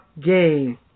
Game